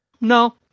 No